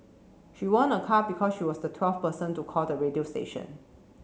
she won a car because she was the twelve person to call the radio station